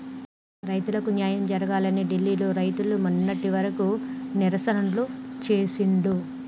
రైతులకు న్యాయం జరగాలని ఢిల్లీ లో రైతులు మొన్నటి వరకు నిరసనలు చేసిండ్లు